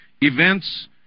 Events